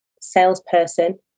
salesperson